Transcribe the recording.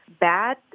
bad